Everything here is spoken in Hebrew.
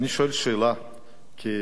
כי כל הזמן פה,